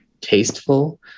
tasteful